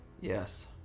Yes